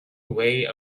way